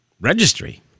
registry